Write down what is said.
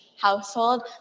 household